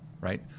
right